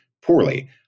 poorly